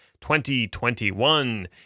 2021